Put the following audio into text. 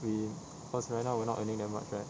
we cause right now we're not earning that much right